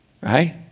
Right